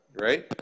Right